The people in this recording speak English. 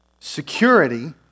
Security